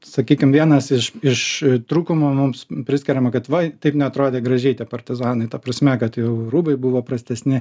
sakykim vienas iš iš trūkumų mums priskiriama kad va taip neatrodė gražiai tie partizanai ta prasme kad jų rūbai buvo prastesni